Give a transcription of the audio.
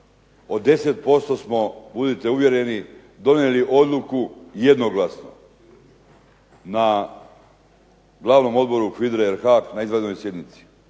od 10% smo budite uvjereni donijeli odluku jednoglasno, na glavnom odboru HVIDRA-e RH na izvanrednoj sjednici.